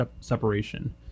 separation